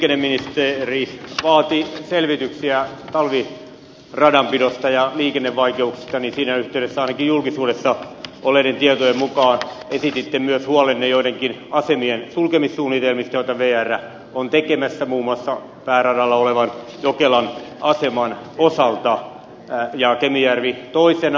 kun liikenneministeri vaati selvityksiä talviradanpidosta ja liikennevaikeuksista niin siinä yhteydessä ainakin julkisuudessa olleiden tietojen mukaan esititte myös huolenne joidenkin asemien sulkemissuunnitelmista joita vr on tekemässä muun muassa pääradalla olevan jokelan aseman osalta ja kemijärven osalta toisena